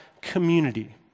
community